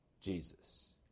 Jesus